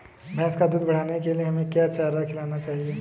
भैंस का दूध बढ़ाने के लिए हमें क्या चारा खिलाना चाहिए?